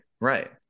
Right